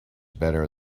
better